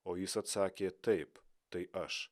o jis atsakė taip tai aš